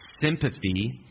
sympathy